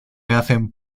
hacen